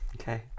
okay